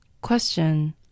Question